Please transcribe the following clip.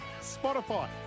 Spotify